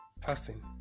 person